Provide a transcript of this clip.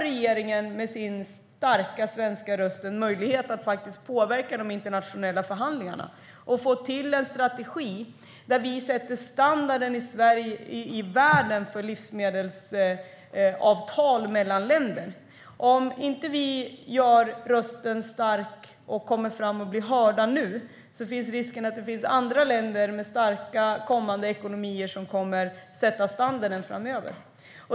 Regeringen har med sin starka svenska röst en möjlighet att påverka de internationella förhandlingarna och få till en strategi där vi sätter standarden i världen för livsmedelsavtal mellan länder. Om vi inte gör vår röst hörd nu finns risken att det blir andra länder med starka kommande ekonomier som sätter standarden framöver.